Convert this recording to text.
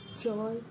joy